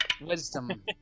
Wisdom